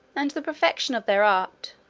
and the perfection of their art,